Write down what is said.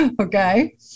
Okay